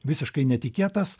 visiškai netikėtas